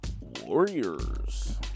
Warriors